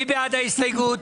מי בעד ההסתייגות?